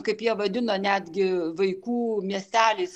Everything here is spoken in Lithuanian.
kaip jie vadina netgi vaikų miestelis